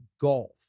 golf